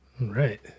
right